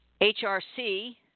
HRC